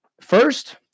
first